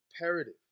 imperative